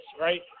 right